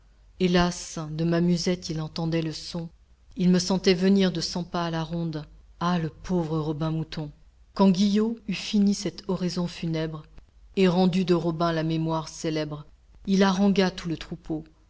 hélas de ma musette il entendait le son il me sentait venir de cent pas à la ronde ah le pauvre robin mouton quand guillot eut fini cette oraison funèbre et rendu de robin la mémoire célèbre il harangua tout le troupeau